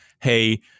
Hey